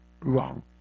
wrong